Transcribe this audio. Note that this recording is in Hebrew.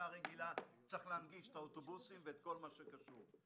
הרגילה צריך להנגיש את האוטובוסים ואת כל מה שקשור,